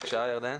בבקשה, ירדן.